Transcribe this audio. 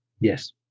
Yes